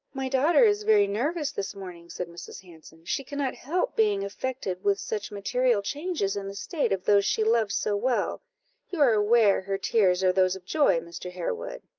my daughter is very nervous this morning, said mrs. hanson she cannot help being affected with such material changes in the state of those she loves so well you are aware her tears are those of joy, mr. harewood.